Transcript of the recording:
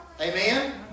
Amen